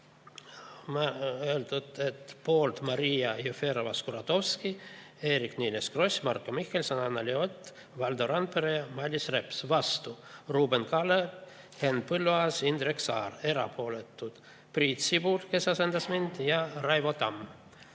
öeldud, et poolt Maria Jufereva-Skuratovski, Eerik-Niiles Kross, Marko Mihkelson, Anneli Ott, Valdo Randpere ja Mailis Reps, vastu Ruuben Kaalep, Henn Põlluaas ja Indrek Saar, erapooletud Priit Sibul, kes asendas mind, ja Raivo Tamm.